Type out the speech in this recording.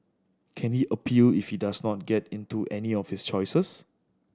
can he appeal if he does not get into any of his choices